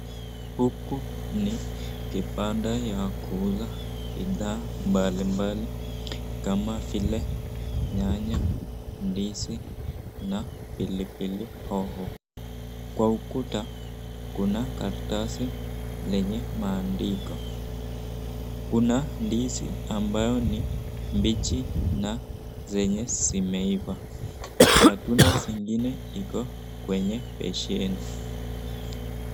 Huku ni kibanda ya kuuza bidhaa mbali mbali kama vile nyanya ndizi na pilipili hoho kwa ukuta kuna karatasi lenye maandiko kuna ndizi ambayo ni mbichi na zenye zimeiva matunda zingine ziko kwenye baseni